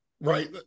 right